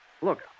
Look